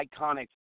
iconic